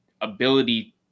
ability